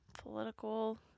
political